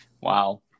Wow